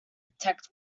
detect